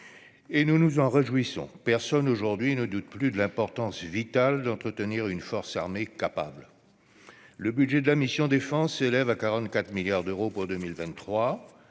et nous nous en réjouissons. Personne aujourd'hui ne doute plus de l'importance vitale d'entretenir une force armée dotée de capacités. Le budget de la mission « Défense » s'élève à 44 milliards d'euros pour 2023.